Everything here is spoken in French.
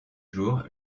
jour